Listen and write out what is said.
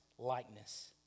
likeness